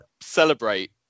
celebrate